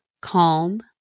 calm